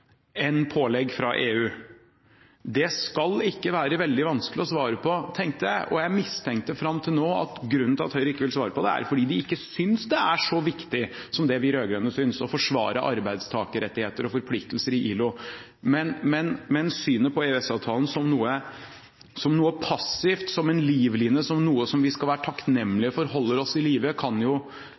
EU? Det skal ikke være veldig vanskelig å svare på, tenker jeg. Jeg har fram til nå mistenkt at Høyre ikke vil svare på dette fordi de ikke synes det er så viktig som det vi rød-grønne gjør, å forsvare arbeidstakerrettigheter og forpliktelser i ILO. Men synet på EØS-avtalen som noe passivt, som en livline som vi skal være takknemlige for at holder oss i live, kan jo